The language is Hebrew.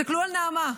תסתכלו על נעמה,